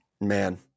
Man